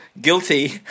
Guilty